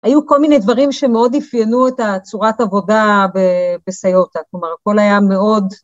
היו כל מיני דברים שמאוד איפיינו את הצורת עבודה בסיוטה, כלומר, הכל היה מאוד...